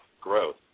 growth